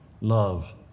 love